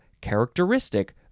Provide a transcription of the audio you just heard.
characteristic